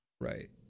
Right